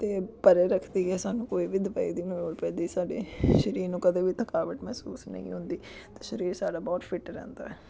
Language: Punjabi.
ਅਤੇ ਪਰੇ ਰੱਖਦੀ ਹੈ ਸਾਨੂੰ ਕੋਈ ਵੀ ਦਵਾਈ ਦੀ ਨਹੀਂ ਲੋੜ ਪੈਂਦੀ ਸਾਡੇ ਸਰੀਰ ਨੂੰ ਕਦੇ ਵੀ ਥਕਾਵਟ ਮਹਿਸੂਸ ਨਹੀਂ ਹੁੰਦੀ ਤਾਂ ਸਰੀਰ ਸਾਡਾ ਬਹੁਤ ਫਿੱਟ ਰਹਿੰਦਾ